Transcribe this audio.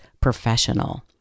professional